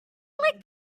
like